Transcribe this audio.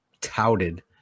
touted